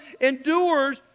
endures